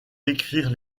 écrire